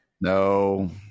No